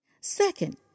Second